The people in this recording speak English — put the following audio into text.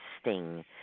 sting